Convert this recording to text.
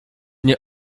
nie